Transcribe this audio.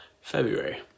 February